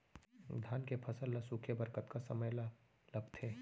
धान के फसल ल सूखे बर कतका समय ल लगथे?